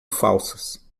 falsas